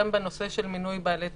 גם בנושא של מינוי בעלי תפקיד.